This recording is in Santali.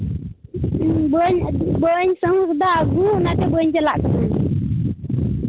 ᱵᱟᱹᱧ ᱵᱟᱹᱧ ᱥᱟᱦᱚᱸᱥᱫᱟ ᱟᱹᱜᱩ ᱚᱱᱟᱛᱮ ᱵᱟᱹᱧ ᱪᱟᱞᱟᱜ ᱠᱟᱱᱟ